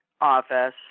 Office